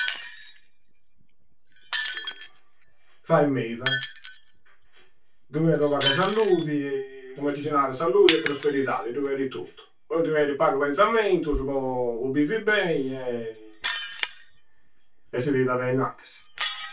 Fai meiba, dui cheri u pagu e salludi cummenti si narada, salludi e prosperidadi, dui cheri tottu. Poi dui cheri pagu penzammentusu po. Po bivi bei e si tirada innantisi.